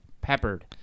peppered